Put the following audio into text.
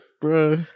Bro